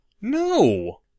No